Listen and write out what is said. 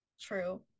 true